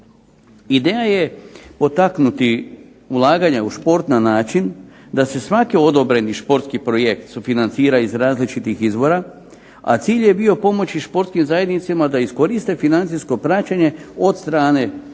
Ideja je potaknuti ulaganja u šport na način da se svaki odobreni športski projekt sufinancira iz različitih izvora a cilj je bio pomoći športskim zajednicama da iskoriste financijsko praćenje od strane Hrvatskog